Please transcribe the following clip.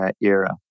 era